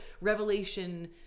revelation